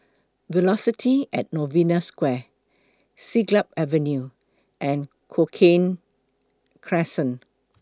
Velocity At Novena Square Siglap Avenue and Cochrane Crescent